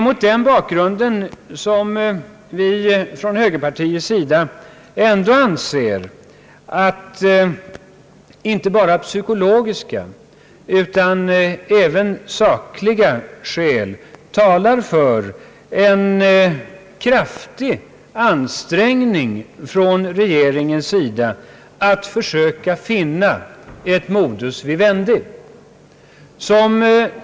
Mot den bakgrunden anser vi från högerpartiets sida att inte bara psykologiska utan även sakliga skäl talar för en kraftig ansträngning från regeringens sida att försöka finna ett modus vivendi.